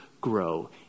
grow